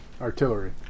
Artillery